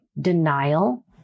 denial